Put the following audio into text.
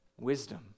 wisdom